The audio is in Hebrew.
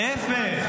להפך,